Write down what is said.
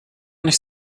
nicht